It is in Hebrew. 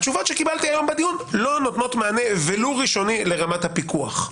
התשובות שקיבלתי היום בדיון לא נותנות מענה ולו ראשוני לרמת הפיקוח.